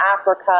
Africa